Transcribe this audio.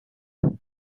بود